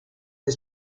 per